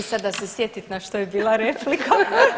E sad da se sjetit na što je bila replika.